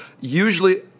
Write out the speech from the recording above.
usually